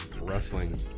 wrestling